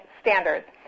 standards